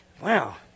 Wow